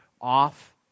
off